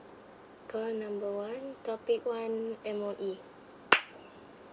call number one topic one M_O_E